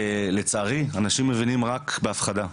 לצערי, אנשים מבינים רק בהפחדה.